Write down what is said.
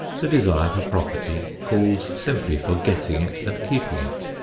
the desire for property calls simply for getting it and keeping it.